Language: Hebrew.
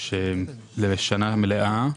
שהן לשנה מלאה,